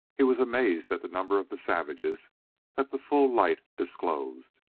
he was amazed at the numbers of the savages that the full light disclosed.